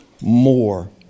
more